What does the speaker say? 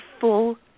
full